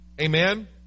Amen